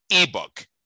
ebook